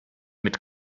mit